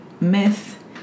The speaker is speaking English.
myth